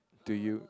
to you